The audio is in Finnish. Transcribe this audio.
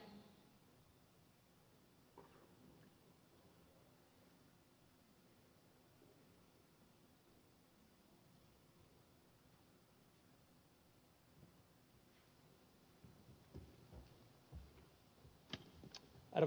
arvoisa puhemies